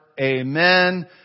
Amen